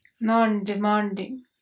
non-demanding